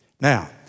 Now